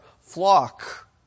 flock